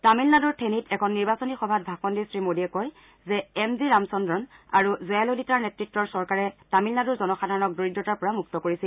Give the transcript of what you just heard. তামিলনাডুৰ ঠেনিত এখন নিৰ্বাচনী সভাত ভাষণ দি শ্ৰীমোডীয়ে কয় যে এমজি ৰামচন্দ্ৰন আৰু জয়াললিতাৰ নেত্ৰত্বৰ চৰকাৰে তামিলনাডুৰ জনসাধাৰণক দৰিদ্ৰতাৰ পৰা মুক্ত কৰিছিল